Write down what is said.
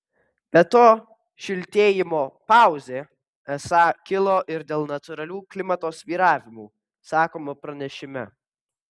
be to šiltėjimo pauzė esą kilo ir dėl natūralių klimato svyravimų sakoma pranešime